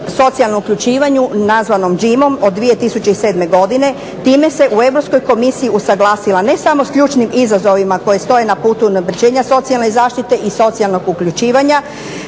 socijalnom uključivanju nazvanom …/Govornica se ne razumije./… od 2007. godine. Time se u Europskoj komisiji usaglasila ne samo sa ključnim izazovima koji stoje na putu unapređenja socijalne zaštite i socijalnog uključivanja,